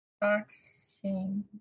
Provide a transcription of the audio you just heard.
Boxing